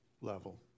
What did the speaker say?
level